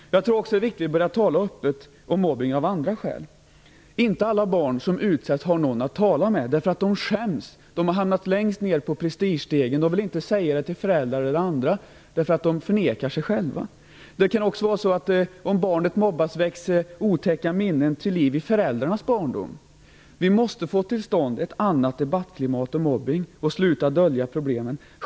Det är också viktigt att börja tala om mobbning av andra skäl. Inte alla barn som utsätts har någon att tala med. De skäms. De har hamnat längst ned på prestigestegen och vill inte säga det till föräldrar och andra, därför att de förnekar sig själva. Det kan också vara så, om barnet mobbas, att det väcker otäcka minnen till liv från föräldrarnas barndom. Vi måste få till stånd ett annat debattklimat om mobbning och sluta dölja problemen.